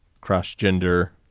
cross-gender